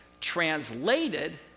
translated